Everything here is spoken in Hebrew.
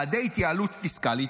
צעדי התייעלות פיסקלית,